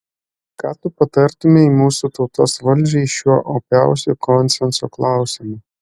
ką tu patartumei mūsų tautos valdžiai šiuo opiausiu konsenso klausimu